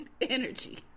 energy